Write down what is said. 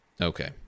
Okay